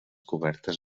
cobertes